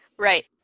right